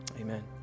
Amen